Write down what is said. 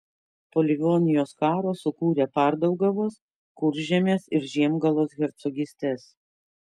po livonijos karo sukūrė pardaugavos kuržemės ir žiemgalos hercogystes